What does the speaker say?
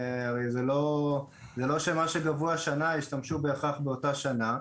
זה לא שמה שגבו השנה השתמשו בהכרח באותה שנה.